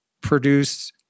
produce